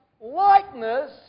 likeness